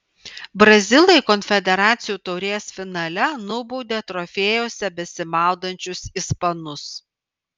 brazilai konfederacijų taurės finale nubaudė trofėjuose besimaudančius ispanus